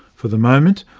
for the moment,